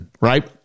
right